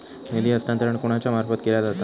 निधी हस्तांतरण कोणाच्या मार्फत केला जाता?